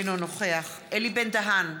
אינו נוכח אלי בן-דהן,